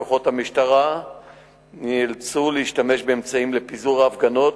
כוחות המשטרה נאלצו להשתמש באמצעים לפיזור ההפגנות,